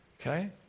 Okay